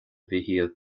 mhichíl